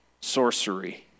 sorcery